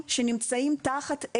אני שומעת אתכם.